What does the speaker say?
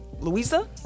louisa